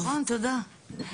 נכון, תודה.